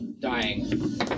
dying